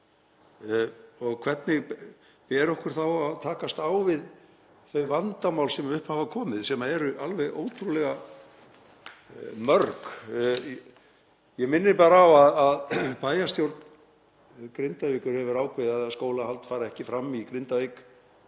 og hvernig ber okkur þá að takast á við þau vandamál sem upp hafa komið, sem eru alveg ótrúlega mörg? Ég minni bara á að bæjarstjórn Grindavíkur hefur ákveðið að skólahald fari ekki fram í Grindavík